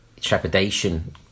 trepidation